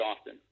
often